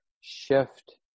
shift